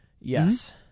Yes